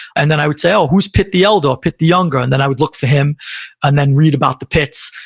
and then i would say, oh, who's pitt the elder or pitt the younger? and then i would look for him and then read about the pitts.